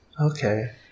Okay